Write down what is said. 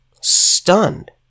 stunned